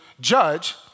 judge